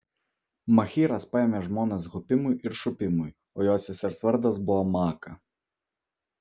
machyras paėmė žmonas hupimui ir šupimui o jo sesers vardas buvo maaka